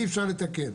אי אפשר לתקן.